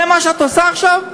זה מה שאת עושה עכשיו,